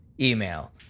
email